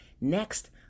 next